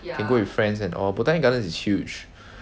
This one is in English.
you can go with friends and all botanic gardens is huge